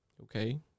okay